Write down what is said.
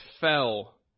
fell